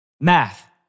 Math